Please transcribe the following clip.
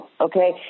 okay